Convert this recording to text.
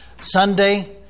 Sunday